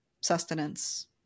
sustenance